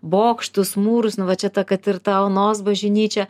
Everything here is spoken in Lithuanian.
bokštus mūrus nu va čia ta kad ir ta onos bažnyčia